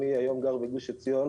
אני היום גר בגוש עציון,